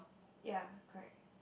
ya correct